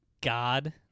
God